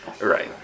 Right